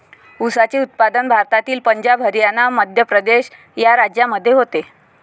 ऊसाचे उत्पादन भारतातील पंजाब हरियाणा मध्य प्रदेश या राज्यांमध्ये होते